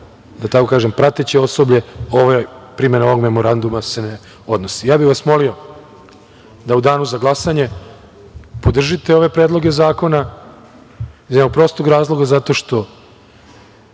da tako kažem, prateće osoblje, primena ovog memoranduma se ne odnosi. Ja bih vas molio da u danu za glasanje podržite ove predloge zakona iz jednog prostog razloga, naročito